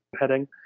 heading